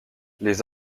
les